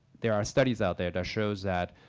there are studies out there that shows that,